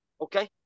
okay